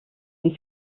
wie